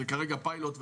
זה כרגע פיילוט.